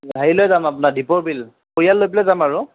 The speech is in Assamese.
হেৰিলৈ যাম আপোনাৰ দীপৰ বিল পৰিয়াল লৈ যাম আৰু